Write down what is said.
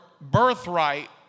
birthright